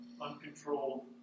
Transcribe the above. uncontrolled